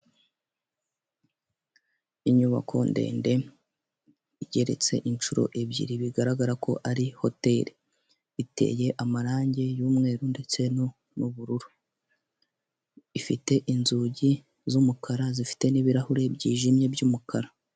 Inyubako ndende, igereretse inshuro ebyiri, bigaragara ko ari hoteri. Iteye amarange y'umweru ndetse n'ubururu. Ifite inzugi z'umukara, zifite n'ibirahure byijimye by'umukara.